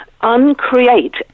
uncreate